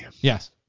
Yes